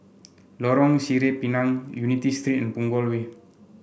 Lorong Sireh Pinang Unity Street and Punggol Way